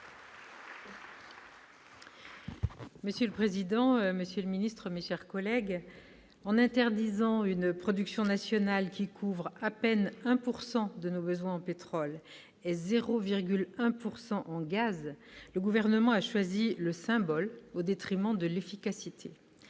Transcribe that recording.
Monsieur le président, monsieur le ministre d'État, mes chers collègues, en interdisant une production nationale qui couvre à peine 1 % de nos besoins en pétrole et 0,1 % en gaz, le Gouvernement a choisi le symbole au détriment de l'efficacité.